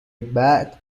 بعد